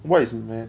what is man